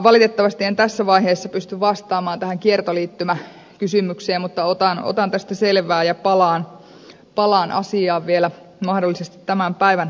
valitettavasti en tässä vaiheessa pysty vastamaan tähän kiertoliittymäkysymykseen mutta otan tästä selvää ja palaan asiaan vielä mahdollisesti tämän päivän aikana